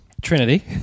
Trinity